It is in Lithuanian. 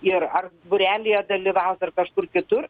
ir ar būrelyje dalyvausi ar kažkur kitur